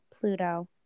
Pluto